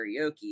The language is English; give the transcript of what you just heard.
karaoke